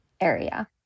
area